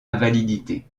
invalidité